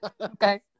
Okay